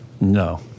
No